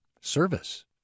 service